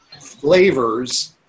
flavors